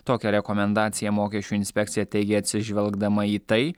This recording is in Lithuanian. tokią rekomendaciją mokesčių inspekcija teikė atsižvelgdama į tai